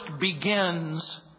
begins